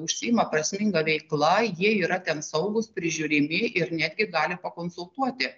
užsiima prasminga veikla jie yra ten saugūs prižiūrimi ir netgi gali pakonsultuoti